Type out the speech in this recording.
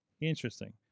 interesting